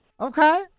Okay